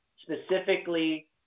specifically